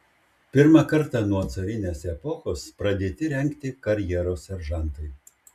pirmą kartą nuo carinės epochos pradėti rengti karjeros seržantai